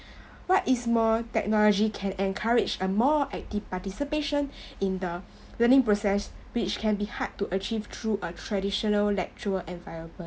what is more technology can encourage a more active participation in the learning process which can be hard to achieve through a traditional lecture environment